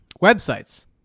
websites